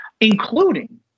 including